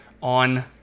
on